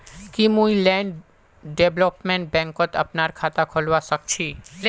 की मुई land development बैंकत अपनार खाता खोलवा स ख छी?